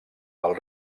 del